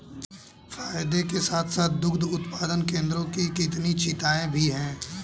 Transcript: फायदे के साथ साथ दुग्ध उत्पादन केंद्रों की कई चिंताएं भी हैं